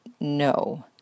no